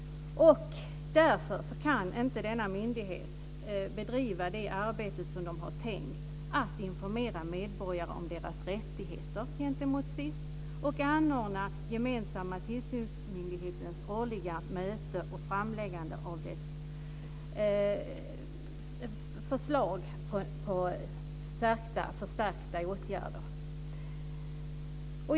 Därför kan inte denna myndighet bedriva det arbete man tänkt, dvs. informera medborgare om deras rättigheter gentemot SIS, anordna den gemensamma tillsynsmyndighetens årliga möte och framlägga dess förslag till förstärkta åtgärder.